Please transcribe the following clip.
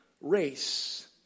race